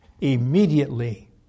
immediately